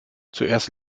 zuerst